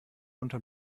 unterm